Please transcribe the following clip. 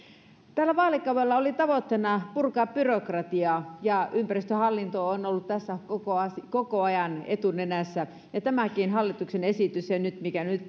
tällä vaalikaudella oli tavoitteena purkaa byrokratiaa ja ympäristöhallinto on on ollut tässä koko ajan etunenässä tämäkin hallituksen esitys tämä laki mikä nyt